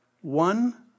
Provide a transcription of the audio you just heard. one